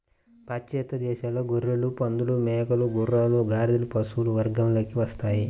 పాశ్చాత్య దేశాలలో గొర్రెలు, పందులు, మేకలు, గుర్రాలు, గాడిదలు పశువుల వర్గంలోకి వస్తాయి